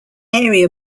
area